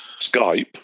Skype